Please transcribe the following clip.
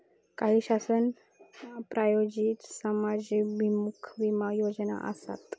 काही शासन प्रायोजित समाजाभिमुख विमा योजना आसत